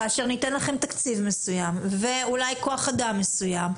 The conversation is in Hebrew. כאשר ניתן לכם תקציב מסוים ואולי כוח אדם מסוים,